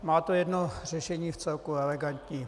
Má to jedno řešení vcelku elegantní.